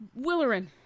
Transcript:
Willerin